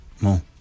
more